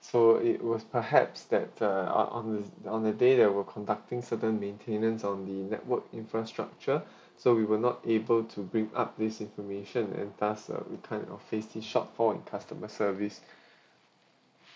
so it was perhaps that uh uh on his on the day they were conducting certain maintenance on the network infrastructure so we will not able to bring up this information and plus uh we kind of facing short form in customer service